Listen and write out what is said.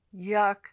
yuck